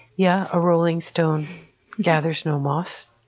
yeah, a rolling stone gathers no moss.